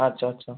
আচ্ছা আচ্ছা